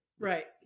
Right